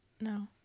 No